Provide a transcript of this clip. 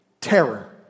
terror